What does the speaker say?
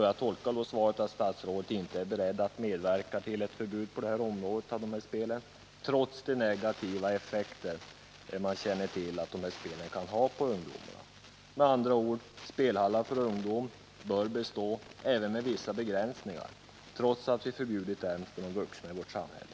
Jag tolkar då svaret så att statsrådet inte är beredd att medverka till ett förbud mot de här spelen för ungdom — trots att man känner till att spelen kan ha negativa effekter på ungdomarna. Med andra ord: Spelhallar för ungdom bör bestå — med vissa begränsningar — trots att vi förbjudit spelautomater för vuxna i vårt samhälle.